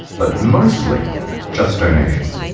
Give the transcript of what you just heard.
but mostly just donations.